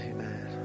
Amen